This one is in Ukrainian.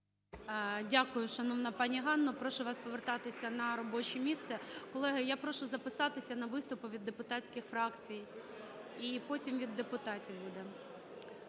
Дякую, шановна пані Ганна. Прошу вас повертатися на робоче місце. Колеги, я прошу записатися на виступи від депутатських фракцій, і потім від депутатів буде.